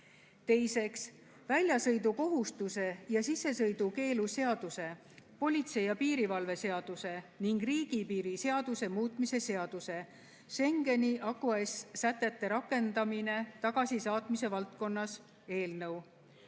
Teiseks, väljasõidukohustuse ja sissesõidukeelu seaduse, politsei ja piirivalve seaduse ning riigipiiri seaduse muutmise seaduse (Schengeniacquis'sätete rakendamine tagasisaatmise valdkonnas) eelnõu.